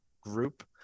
group